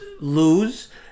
lose